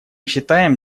считаем